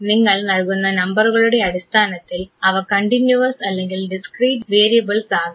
നിങ്ങൾ നൽകുന്ന നമ്പറുകളുടെ അടിസ്ഥാനത്തിൽ അവ കണ്ടിന്യൂവസ് അല്ലെങ്കിൽ ഡിസ്ക്രീറ്റ് വേരിയബിൾസ് ആകാം